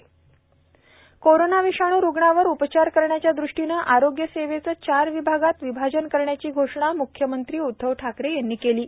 मख्यमंत्री कोरोना विषाणू रुग्णांवर उपचार करण्याच्या दृष्टीनं आरोग्य सेवेचं चार विभागात विभाज़न करण्याची घोषणा मुख्यमंत्री उदधव ठाकरे यांनी केली आहे